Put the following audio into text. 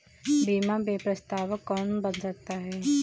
बीमा में प्रस्तावक कौन बन सकता है?